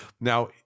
Now